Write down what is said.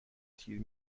تیر